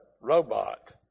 robot